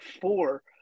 four